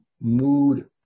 mood